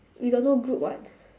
we got no group [what]